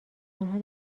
آنها